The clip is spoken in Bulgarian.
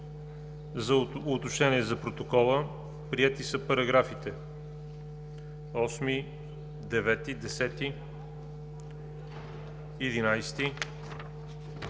Уточнение за протокола: приети са параграфите 8, 9, 10, 11, 12,